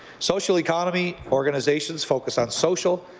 social economy organizations focus on social,